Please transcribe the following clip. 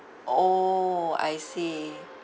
orh I see